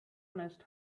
nest